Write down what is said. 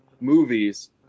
movies